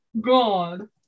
god